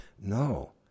no